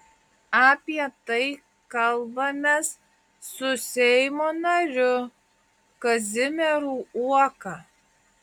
apie tai kalbamės su seimo nariu kazimieru uoka